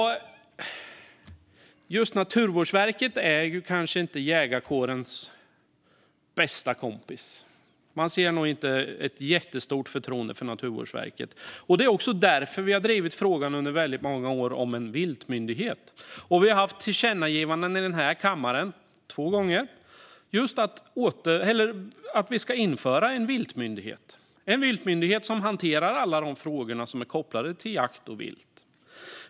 Just Naturvårdsverket är kanske inte jägarkårens bästa kompis. Man ser nog inte ett jättestort förtroende för Naturvårdsverket där. Det är därför vi under många år har drivit frågan om en viltmyndighet. Vi har haft två tillkännagivanden i den här kammaren om att införa en viltmyndighet som hanterar alla de frågor som är kopplade till jakt och vilt.